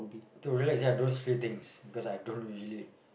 to relax yeah those few things because I don't usually